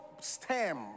stem